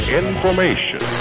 information